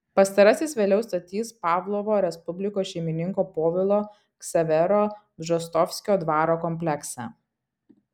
pastarasis vėliau statys pavlovo respublikos šeimininko povilo ksavero bžostovskio dvaro kompleksą